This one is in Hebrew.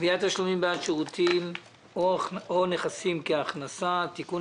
(קביעת תשלומים בעד שירותים או נכסים כהכנסה) (תיקון),